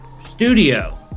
studio